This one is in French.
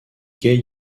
gay